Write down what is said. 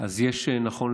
אז יש, נכון